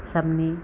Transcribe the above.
सबने